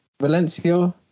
Valencia